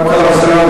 קודם כול,